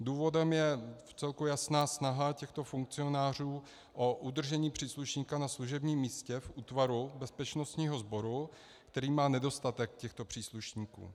Důvodem je vcelku jasná snaha těchto funkcionářů o udržení příslušníka na služebním místě v útvaru bezpečnostního sboru, který má nedostatek příslušníků.